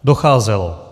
Docházelo.